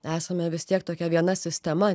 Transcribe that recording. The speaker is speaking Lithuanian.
esame vis tiek tokia viena sistema